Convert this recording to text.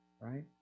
Right